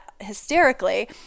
hysterically